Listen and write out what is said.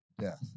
death